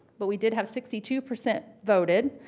but we did have sixty two percent voted.